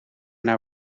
naar